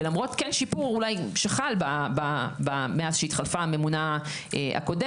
ולמרות כן שיפור אולי שחל מאז שהתחלפה הממונה הקודמת,